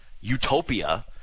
utopia –